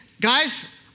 guys